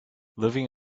living